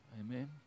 Amen